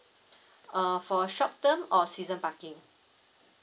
uh for short term or season parking